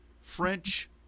French